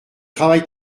travail